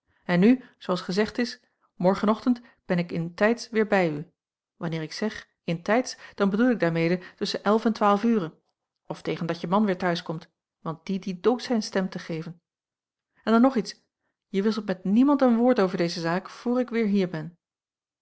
en nu zoo als gezegd is morgen ochtend ben ik in tijds weêr bij u wanneer ik zeg in tijds dan bedoel ik daarmede tusschen elf en twaalf ure of tegen dat je man weêr t'huis komt want die dient ook zijn stem te geven en dan nog iets je wisselt met niemand een woord over deze zaak voor ik weêr hier ben